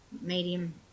medium